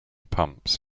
pumps